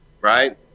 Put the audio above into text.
Right